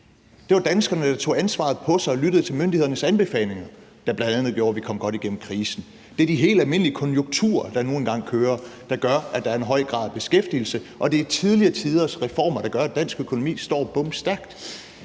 det, at danskerne ansvaret på sig og lyttede til myndighedernes anbefalinger, der bl.a. gjorde, at vi kom godt igennem krisen. Det er de helt almindelige konjunkturer, der nu engang kører, der gør, at der er en høj grad af beskæftigelse, og det er tidligere tiders reformer, der gør, at dansk økonomi står bomstærkt.